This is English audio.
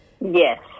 yes